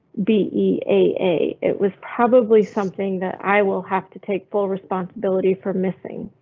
bea, a. it was probably something that i will have to take full responsibility for missing.